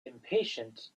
impatient